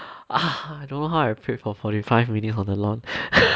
ah I don't know how I pray for forty five minutes on the lawn